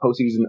postseason